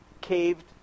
caved